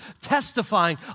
testifying